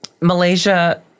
Malaysia